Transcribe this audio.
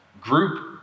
group